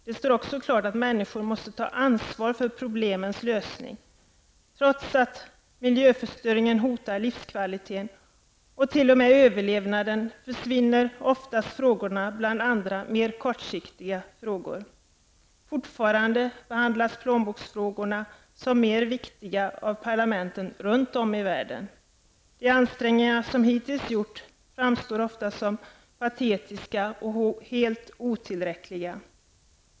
Det står också klart att människor måste ta ansvar för problemens lösning. Trots att miljöförstöringen hotar livskvaliteten och t.o.m. överlevnaden försvinner oftast frågorna bland andra, mer kortsiktiga frågor. Fortfarande behandlas plånboksfrågorna som mer viktiga av parlamenten runt om i världen. De ansträngningar som hittills gjorts framstår ofta som patetiska och helt otillräckliga.